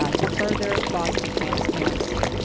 ah to further foster transparency.